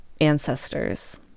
ancestors